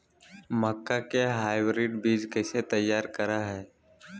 मक्का के हाइब्रिड बीज कैसे तैयार करय हैय?